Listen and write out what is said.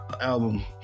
album